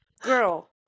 Girl